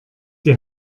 die